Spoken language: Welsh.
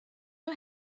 nhw